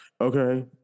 Okay